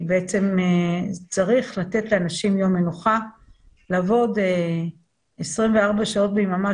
בעצם צריך לתת לאנשים יום מנוחה לעבוד 24 שעות ביממה,